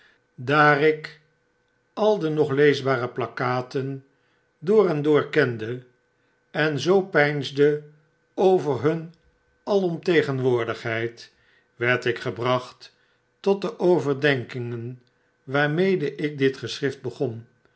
daar ik al de nog leesbare plakkaten door en door kende en zoo peinsde over hun alomtegenwoordigheid werd ik gebracht tot de overdenkingen waarmede ikditgeschriftbegon door